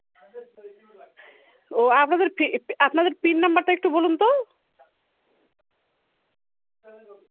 ও আপনাদের পি আপনাদের পিন নম্বরটা একটু বলুন তো